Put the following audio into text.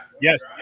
Yes